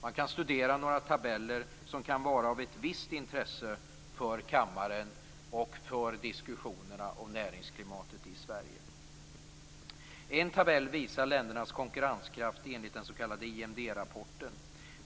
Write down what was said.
Man kan studera några tabeller som kan vara av ett visst intresse för kammaren och för diskussionerna om näringsklimatet i Sverige. En tabell visar ländernas konkurrenskraft enligt den s.k. IMD-rapporten.